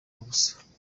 ubusa